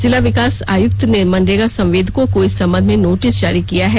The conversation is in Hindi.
जिला विकास आयुक्त ने मनरेगा संवेदकों को इस संबंध में नोटिस जारी किया है